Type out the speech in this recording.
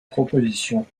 proposition